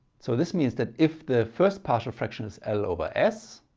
so this means that if the first partial fraction is l over s